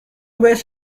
بهش